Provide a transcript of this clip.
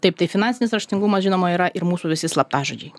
taip tai finansinis raštingumas žinoma yra ir mūsų visi slaptažodžiai